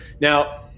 Now